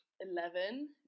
eleven